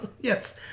Yes